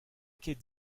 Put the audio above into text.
ket